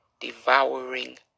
devouring